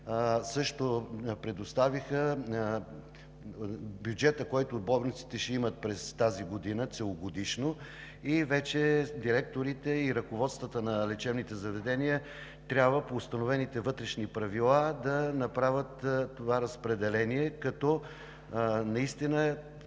също представиха бюджета, който болниците ще имат през тази година, целогодишно, и вече директорите и ръководствата на лечебните заведения трябва по установените вътрешни правила да направят това разпределение, като наистина